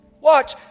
watch